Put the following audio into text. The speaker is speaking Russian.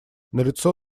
налицо